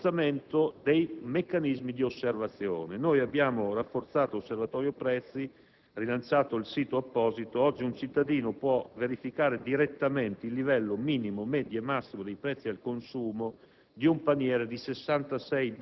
Inoltre, c'è un rafforzamento dei meccanismi di osservazione. Abbiamo rafforzato l'Osservatorio prezzi e rilanciato il sito apposito. Oggi un cittadino può verificare direttamente il livello minimo, medio e massimo dei prezzi al consumo